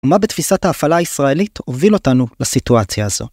מה בתפיסת ההפעלה הישראלית הוביל אותנו לסיטואציה הזו.